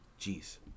Jeez